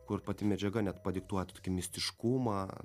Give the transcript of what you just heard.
kur pati medžiaga net padiktuoja tą tokį mistiškumą